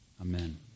Amen